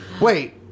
Wait